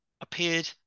appeared